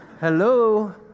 Hello